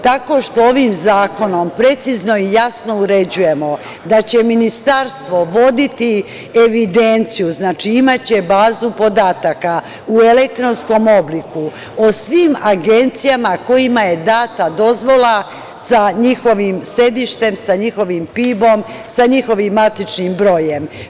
Tako što ovim zakonom precizno i jasno uređujemo da će Ministarstvo voditi evidenciju, znači, imaće bazu podataka u elektronskom obliku, o svim agencijama kojima je data dozvola sa njihovim sedištem, sa njihovim PIB-om, sa njihovim matičnim brojem.